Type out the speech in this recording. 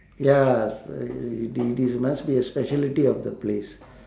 ya uh the~ these must be a specialty of the place